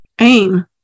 aim